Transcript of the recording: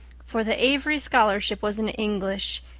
for the avery scholarship was in english,